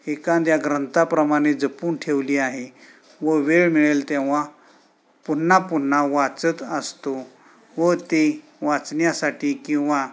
एखाद्या ग्रंथाप्रमाणे जपून ठेवली आहे व वेळ मिळेल तेव्हा पुन्हा पुन्हा वाचत असतो व ते वाचण्यासाठी किंवा